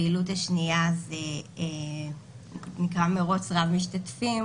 הפעילות השנייה נקראת מרוץ רב-משתתפים,